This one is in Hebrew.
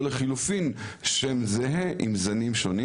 לחלופין, שם זהה עם זנים שונים.